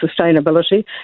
sustainability